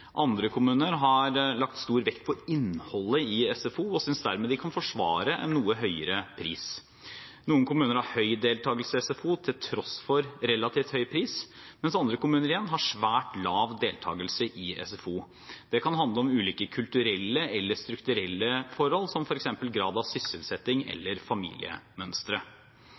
Andre kommuner har lagt stor vekt på innholdet i SFO og synes dermed de kan forsvare en noe høyere pris. Noen kommuner har høy deltagelse i SFO, til tross for relativt høy pris, mens andre kommuner igjen har svært lav deltakelse i SFO. Det kan handle om ulike kulturelle eller strukturelle forhold, som f.eks. grad av sysselsetting eller familiemønstre.